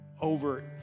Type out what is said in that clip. over